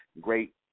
great